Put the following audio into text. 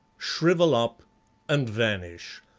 shrivel up and vanish.